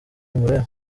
bimureba